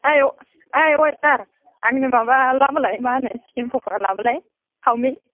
ओइ वेटार आंनो माबा लाबोलाय मा होनो चिकेन फकरा लाबोलाय चावमिन